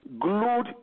glued